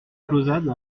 clausade